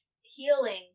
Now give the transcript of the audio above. Healing